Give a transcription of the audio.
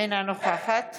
אינה נוכחת